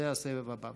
זה הסבב הבא.